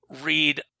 read